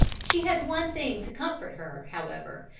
she had one thing to comfort her however,